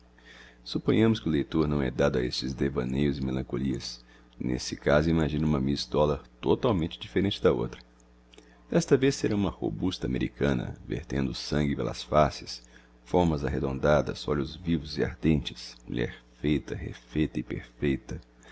suponhamos que o leitor não é dado a estes devaneios e melancolias nesse caso imagina uma miss dollar totalmente diferente da outra desta vez será uma robusta americana vertendo sangue pelas faces formas arredondadas olhos vivos e ardentes mulher feita refeita e perfeita